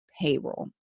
payroll